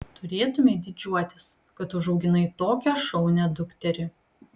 turėtumei didžiuotis kad užauginai tokią šaunią dukterį